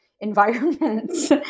environments